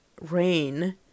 rain